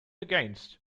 against